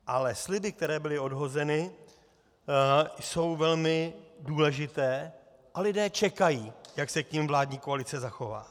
Ale sliby, které byly odhozeny, jsou velmi důležité a lidé čekají, jak se k nim vládní koalice zachová.